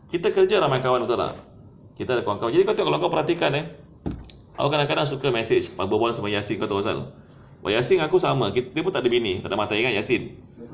kita kerja ramai kawan betul tak kita dapat kawan jadi kalau kau perhatikan eh aku kadang-kadang suka message bebual sama yasir kau tahu kenapa tak yasir dengan aku pun sama dia pun tak ada bini tak ada matair kan yasir